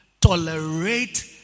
tolerate